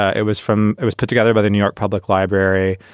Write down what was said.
ah it was from it was put together by the new york public library.